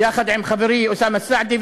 יחד עם חברי אוסאמה סעדי,